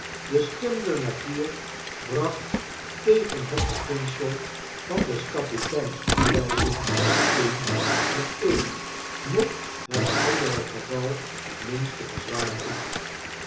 de stem der natuur bracht tegen het beginsel van des kapiteins toewyzing in het een noch het andere geval het minste bezwaar in